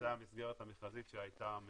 זו המסגרת המכרזית שהייתה מלכתחילה.